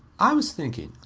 i was thinking,